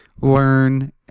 learn